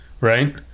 right